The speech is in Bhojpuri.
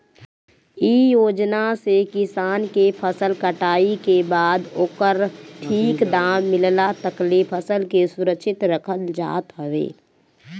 इ योजना से किसान के फसल कटाई के बाद ओकर ठीक दाम मिलला तकले फसल के सुरक्षित रखल जात हवे